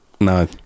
no